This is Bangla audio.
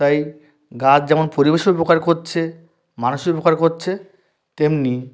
তাই গাছ যেমন পরিবেশের উপকার করছে মানুষের উপকার করছে তেমনি